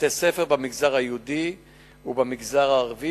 בבתי-ספר במגזר היהודי ובמגזר הערבי